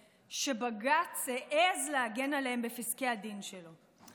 שבג"ץ העז להגן עליהן בפסקי הדין שלו.